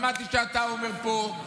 שמעתי שאתה אומר פה,